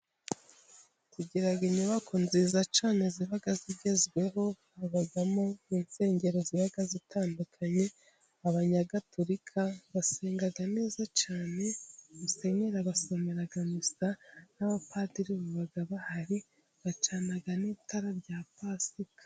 Tugira inyubako nziza cyane zaba zigezweho. Hbamo insengero ziba zitandukanye. Abanyagatulika basenga neza cyane, Musenyeri abasomera misa, n'abapadiri baba bahari. Bacana n'itara rya pasika.